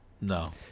No